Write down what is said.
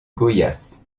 goiás